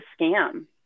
scam